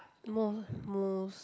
mo~ most